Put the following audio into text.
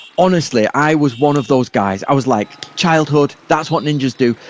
honestly i was one of those guys. i was like childhood, that's what ninjas do,